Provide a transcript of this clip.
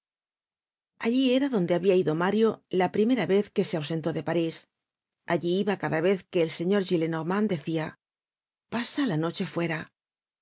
allí era donde habia ido mario la primera vez que se ausentó de parís allí iba cada vez que el señor gillenormand decia pasa la noche fuera